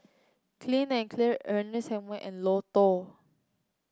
Clean and Clear Ernest Hemingway and Lotto